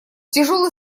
тяжелый